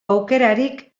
aukerarik